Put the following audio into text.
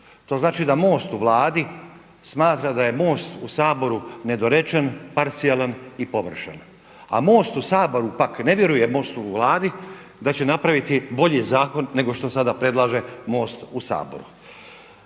To znači da MOST u Vladi smatra da je MOST u Saboru nedorečen, parcijalan i površan. A MOST u Saboru pak ne vjeruje MOST-u u Vladi da će napraviti bolji zakon nego što sada predlaže MOST u Saboru.